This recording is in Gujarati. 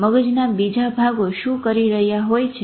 મગજના બીજા ભાગો શું કરી રહ્યા હોય છે